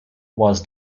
was